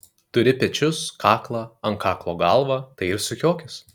turi pečius kaklą ant kaklo galvą tai ir sukiokis